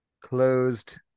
closed